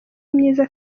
myiza